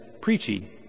preachy